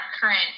current